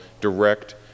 direct